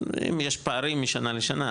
אם יש פערים משנה לשנה,